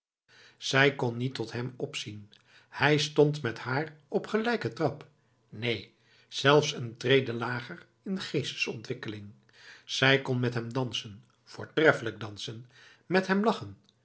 zij kon niet tot hem opzien hij stond met haar op gelijken trap neen zelfs een trede lager in geestesontwikkeling zij kon met hem dansen voortreffelijk dansen met hem lachen